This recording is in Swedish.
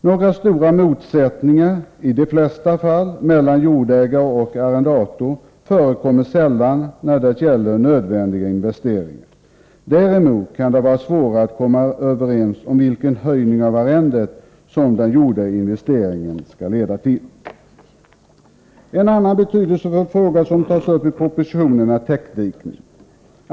Några stora motsättningar mellan jordägare och arrendatorer förekommer, i de flesta fall, sällan när det gäller nödvändiga investeringar. Däremot kan det vara svårare att komma överens om vilken höjning av arrendet som den gjorda investeringen skall leda till. En annan betydelsefull fråga som tas upp i propositionen är täckdikning.